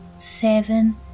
seven